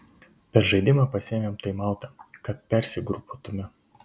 per žaidimą pasiėmėm taimautą kad persigrupuotume